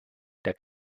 der